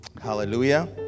Hallelujah